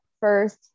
first